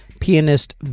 Pianist